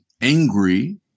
angry